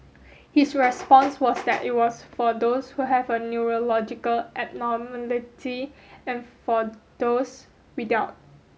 his response was that it was for those who have a neurological abnormality and for those without